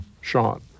shot